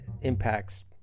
impacts